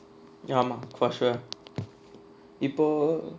எனக்கு வந்து:enakku vanthu